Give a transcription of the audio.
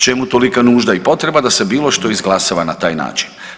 Čemu tolika nužda i potreba da se bilo što izglasava na taj način.